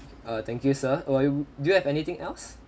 err thank you sir oh are you do you have anything else